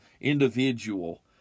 individual